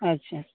ᱟᱪᱷᱟ